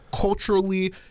culturally